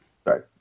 Sorry